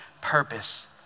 purpose